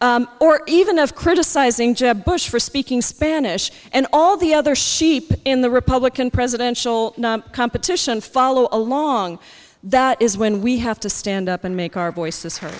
or even of criticizing jeb bush for speaking spanish and all the other sheep in the republican presidential competition follow along that is when we have to stand up and make our voices heard